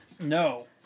No